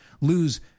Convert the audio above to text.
lose